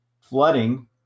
flooding